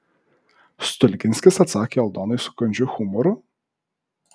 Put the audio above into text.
stulginskis atsakė aldonai su kandžiu humoru